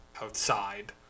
outside